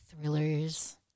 thrillers